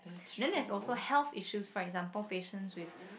then there's also health issues for example patients with